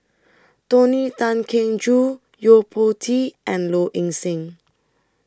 Tony Tan Keng Joo Yo Po Tee and Low Ing Sing